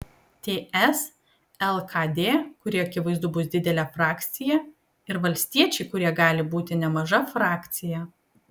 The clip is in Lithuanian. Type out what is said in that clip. ts lkd kuri akivaizdu bus didelė frakcija ir valstiečiai kurie gali būti nemaža frakcija